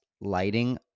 lighting